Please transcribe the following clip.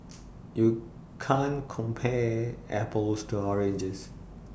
you can't compare apples to oranges